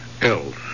else